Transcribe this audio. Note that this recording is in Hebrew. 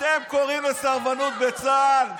אתם קוראים לסרבנות בצה"ל?